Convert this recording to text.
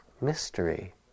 mystery